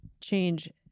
change